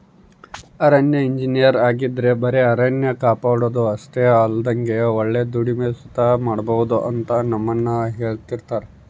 ಅರಣ್ಯ ಇಂಜಿನಯರ್ ಆಗಿದ್ರ ಬರೆ ಅರಣ್ಯ ಕಾಪಾಡೋದು ಅಷ್ಟೆ ಅಲ್ದಂಗ ಒಳ್ಳೆ ದುಡಿಮೆ ಸುತ ಮಾಡ್ಬೋದು ಅಂತ ನಮ್ಮಣ್ಣ ಹೆಳ್ತಿರ್ತರ